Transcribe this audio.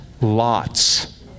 Lots